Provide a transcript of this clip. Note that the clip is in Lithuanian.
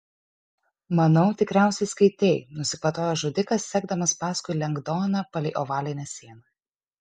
manau tikriausiai skaitei nusikvatojo žudikas sekdamas paskui lengdoną palei ovalinę sieną